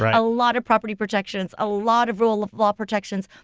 ah a lot of property protections, a lot of rule of law protections,